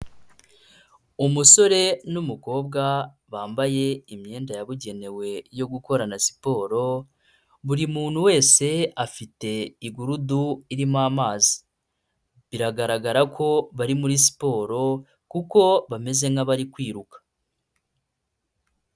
Umusore n'umukobwa bambaye imyenda yabugenewe yo gukorana siporo, buri muntu wese afite igurudu irimo amazi. Biragaragara ko bari muri siporo, kuko bameze nk'abari kwiruka.